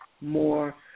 more